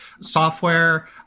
software